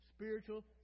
spiritual